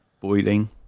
boiling